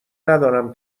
ندارم